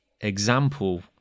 example